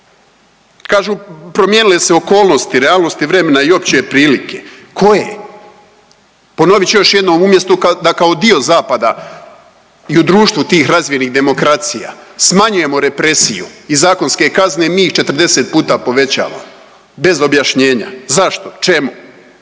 Kažu promijenile se okolnosti, realnosti vremena i opće prilike. Koje? Ponovit ću još jednom, umjesto da kao dio zapada i u društvu tih razvijenih demokracija smanjujemo represiju i zakonske kazne mi ih 40 puta povećavamo bez objašnjenja. Zašto? Čemu?